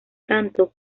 tanto